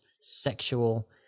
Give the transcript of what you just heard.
sexual